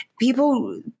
people